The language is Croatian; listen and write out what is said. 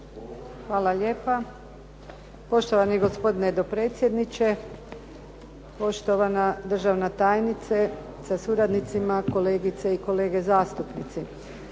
Hvala lijepa. Poštovani gospodine dopredsjedniče, poštovana državna tajnice sa suradnicima, kolegice i kolege zastupnici.